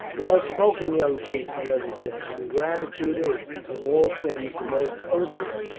well spoken, young chief! the other said ingratitude is, of all sins, the most odious,